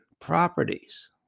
properties